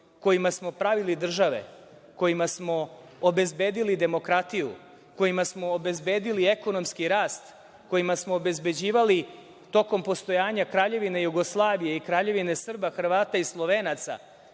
kojima smo pravili države, kojima smo obezbedili demokratiju, kojima smo obezbedili ekonomski rast, kojima smo obezbeđivali tokom postojanja Kraljevine Jugoslavije i Kraljevine SHS normalan život,